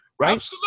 Right